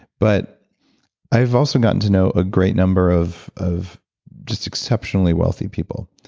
but i've also gotten to know a great number of of just exceptionally wealthy people.